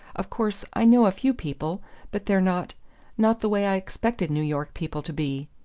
of course i know a few people but they're not not the way i expected new york people to be.